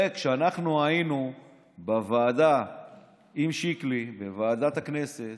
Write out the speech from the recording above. הרי כשאנחנו היינו בוועדה עם שיקלי, בוועדת הכנסת,